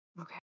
Okay